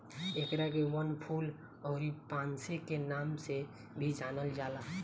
एकरा के वनफूल अउरी पांसे के नाम से भी जानल जाला